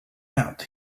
out